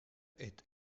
est